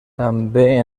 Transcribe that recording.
també